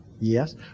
Yes